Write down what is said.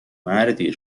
مردی